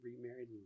remarried